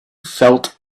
felt